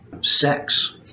sex